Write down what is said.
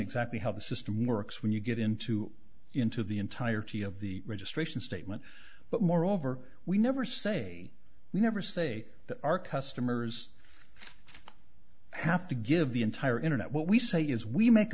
exactly how the system works when you get into into the entirety of the registration statement but moreover we never say never say that our customers i have to give the entire internet what we say is we make